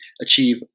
achieve